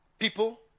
People